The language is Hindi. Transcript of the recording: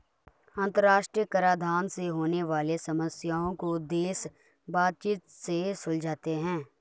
अंतरराष्ट्रीय कराधान से होने वाली समस्याओं को देश बातचीत से सुलझाते हैं